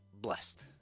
blessed